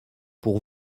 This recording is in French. pour